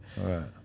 Right